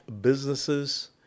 businesses